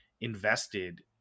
invested